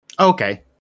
okay